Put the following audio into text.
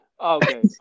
Okay